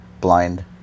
blind